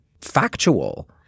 factual